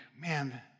man